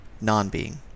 non-being